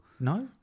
No